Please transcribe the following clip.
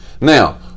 Now